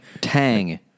Tang